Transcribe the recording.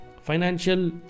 financial